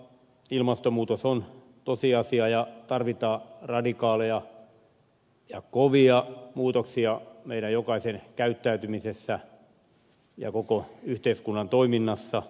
ilmastonmuutos on tosiasia ja tarvitaan radikaaleja ja kovia muutoksia meidän jokaisen käyttäytymisessä ja koko yhteiskunnan toiminnassa